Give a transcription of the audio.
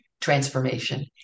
transformation